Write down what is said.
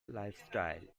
lifestyle